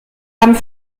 haben